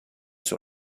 sur